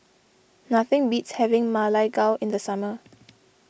nothing beats having Ma Lai Gao in the summer